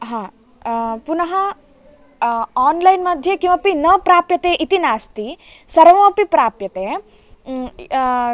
पुनः आन्लैन् मध्ये किमपि न प्राप्यते इति नास्ति सर्वमपि प्राप्यते